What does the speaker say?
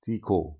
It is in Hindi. सीखो